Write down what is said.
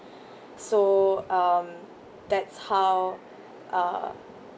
so um that's how uh